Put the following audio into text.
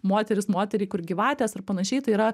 moterys moterį kur gyvatės ir panašiai tai yra